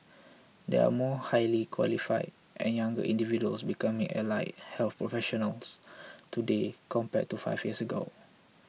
there are more highly qualified and younger individuals becoming allied health professionals today compared to five years ago